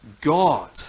God